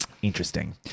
Interesting